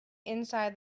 inside